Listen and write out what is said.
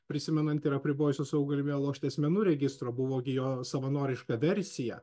prisimenant ir apribojusių savo galymybe lošti asmenų registro buvo gi jo savanoriška versija